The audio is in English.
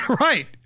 Right